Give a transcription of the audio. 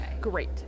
Great